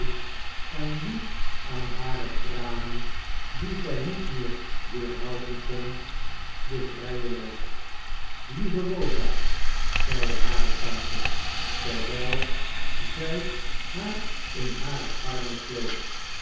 en liet aan hare tranen die zij niet meer weerhouden kon den vrijen loop lieve rosa zeide hare tante terwijl zij haar in hare armen sloot